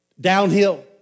downhill